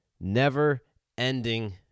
never-ending